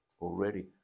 Already